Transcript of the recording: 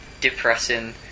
depressing